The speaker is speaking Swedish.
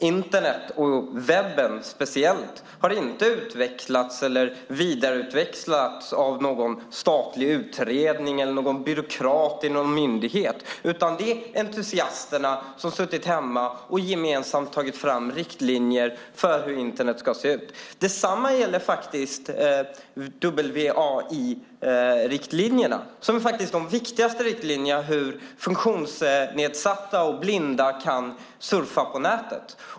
Internet, och särskilt webben, har inte utvecklats eller vidareutvecklats av någon statlig utredning eller byråkrat vid någon myndighet, utan det är entusiaster som suttit hemma och gemensamt tagit fram riktlinjer för hur Internet ska se ut. Detsamma gäller WAI-riktlinjerna som är de viktigaste riktlinjerna för hur personer som är blinda eller har andra funktionsnedsättningar kan surfa på nätet.